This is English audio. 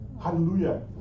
Hallelujah